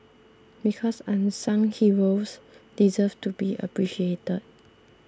because unsung heroes deserve to be appreciated